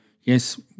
yes